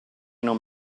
non